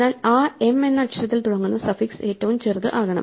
എന്നാൽ ആ m എന്ന അക്ഷരത്തിൽ തുടങ്ങുന്ന സഫിക്സ് ഏറ്റവും ചെറുത് ആകണം